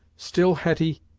still hetty,